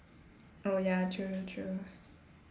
oh ya true true true